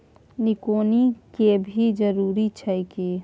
निकौनी के भी जरूरी छै की?